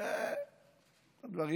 שהדברים